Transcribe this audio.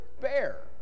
bear